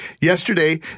yesterday